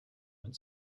went